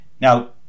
Now